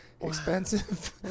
expensive